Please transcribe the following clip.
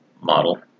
model